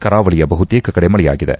ಕರಾವಳಿಯ ಬಹುತೇಕ ಕಡೆ ಮಳೆಯಾಗಿದೆ